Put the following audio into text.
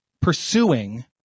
pursuing